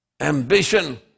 ambition